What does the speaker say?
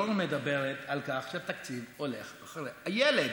דורנר מדברת על כך שהתקציב הולך אחרי הילד,